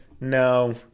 no